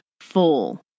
full